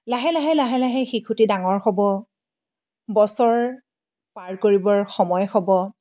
লাহে লাহে লাহে লাহে শিশুটি ডাঙৰ হ'ব বছৰ পাৰ কৰিবৰ সময় হ'ব